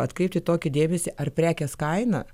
atkreipti tokį dėmesį ar prekės kaina